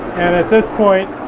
and at this point